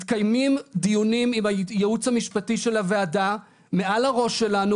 מתקיימים דיונים עם הייעוץ המשפטי של הוועדה מעל הראש שלנו,